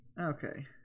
Okay